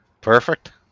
perfect